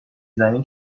زمین